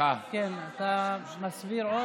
אתה מסביר עוד?